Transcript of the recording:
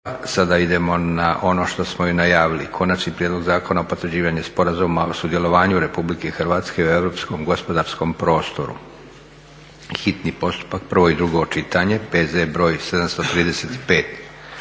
Sada idemo na ono što smo i najavili Konačni prijedlog zakona o potvrđivanju Sporazuma o sudjelovanju Republike Hrvatske u europskom gospodarskom prostoru, hitni postupak, prvo i drugo čitanje, P.Z. br. 735.